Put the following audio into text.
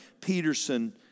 Peterson